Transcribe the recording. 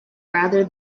rather